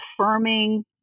affirming